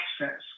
access